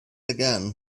again